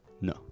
No